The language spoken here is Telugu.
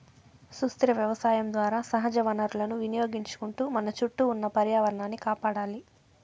సుస్థిర వ్యవసాయం ద్వారా సహజ వనరులను వినియోగించుకుంటూ మన చుట్టూ ఉన్న పర్యావరణాన్ని కాపాడాలి